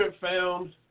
found